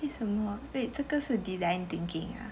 为什么 waot 这个是 design thinking ah